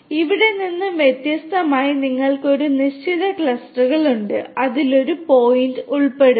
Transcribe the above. ഇവിടെ നിന്ന് വ്യത്യസ്തമായി നിങ്ങൾക്ക് ഒരു നിശ്ചിത ക്ലസ്റ്ററുകൾ ഉണ്ട് അതിൽ ഒരു പോയിന്റ് ഉൾപ്പെടുന്നു